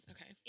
Okay